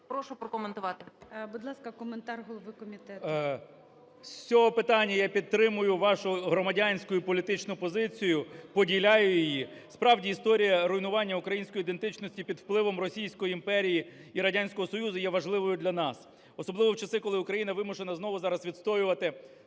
КНЯЖИЦЬКИЙ М.Л. З цього питання я підтримую вашу громадянську і політичну позицію, поділяю її. Справді, історія руйнування української ідентичності під впливом Російської імперії і Радянського Союзу є важливою для нас, особливо в часи, коли Україна вимушена знову зараз відстоювати